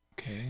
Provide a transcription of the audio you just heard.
okay